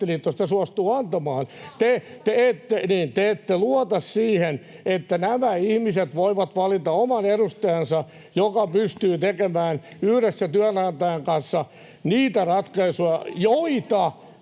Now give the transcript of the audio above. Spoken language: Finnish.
Anderssonin välihuuto] Te ette luota siihen, että nämä ihmiset voivat valita oman edustajansa, joka pystyy tekemään yhdessä työnantajan kanssa niitä ratkaisuja, joita